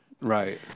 Right